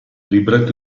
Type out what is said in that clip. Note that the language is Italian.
libretto